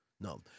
No